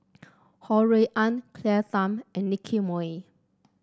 Ho Rui An Claire Tham and Nicky Moey